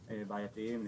בעייתיים.